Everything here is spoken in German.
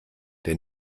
der